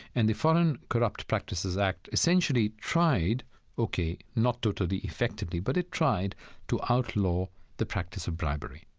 and the foreign corrupt practices act essentially tried ok, not totally effectively but it tried to outlaw the practice of bribery,